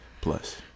plus